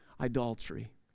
idolatry